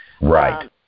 Right